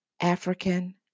African